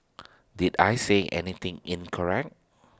did I say anything in correct